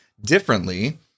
differently